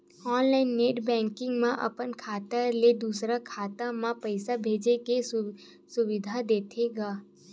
online net banking म अपन खाता ले दूसर के खाता म पइसा भेजे के सुबिधा देथे गा